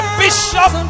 bishop